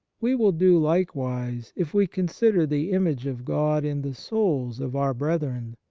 we will do likewise if we consider the image of god in the souls of our brethren.